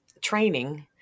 training